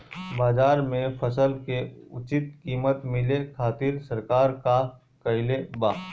बाजार में फसल के उचित कीमत मिले खातिर सरकार का कईले बाऽ?